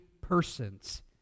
persons